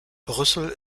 brüssel